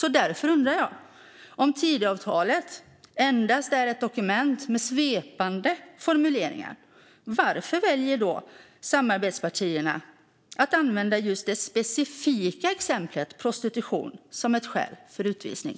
Om nu Tidöavtalet endast är ett dokument med "svepande" formuleringar undrar jag varför samarbetspartierna väljer att använda just det specifika exemplet prostitution som skäl för utvisning.